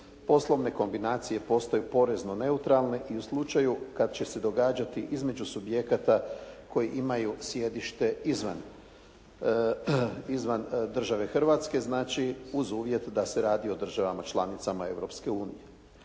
poslovne kombinacije postaju porezno neutralne i u slučaju kad će se događati između subjekata koji imaju sjedište izvan države Hrvatske, znači uz uvjet da se radi o državama članicama